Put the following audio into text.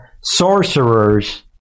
sorcerers